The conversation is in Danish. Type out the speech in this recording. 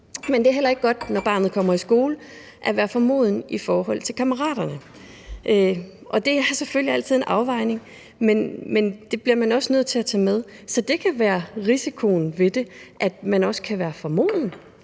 men det er heller ikke godt, når barnet kommer i skole, at være for moden i forhold til kammeraterne. Det er selvfølgelig altid en afvejning, men det bliver man også nødt til at tage med. Så det kan være risikoen ved det, altså at man også kan være for moden